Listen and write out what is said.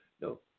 no